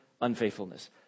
unfaithfulness